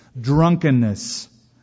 drunkenness